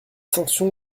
sanction